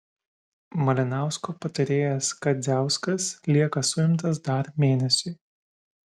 malinausko patarėjas kadziauskas lieka suimtas dar mėnesiui